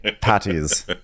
patties